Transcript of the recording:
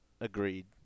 Agreed